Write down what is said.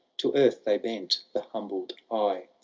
to earth they bent the humbled eye.